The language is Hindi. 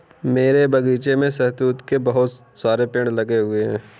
मेरे बगीचे में शहतूत के बहुत सारे पेड़ लगे हुए हैं